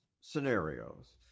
scenarios